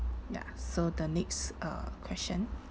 ya so the next uh question